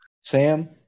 Sam